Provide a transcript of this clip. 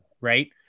right